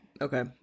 Okay